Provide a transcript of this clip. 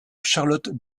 charlotte